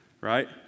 right